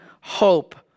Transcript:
hope